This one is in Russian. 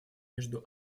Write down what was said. между